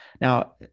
Now